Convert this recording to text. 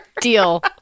Deal